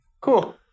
Cool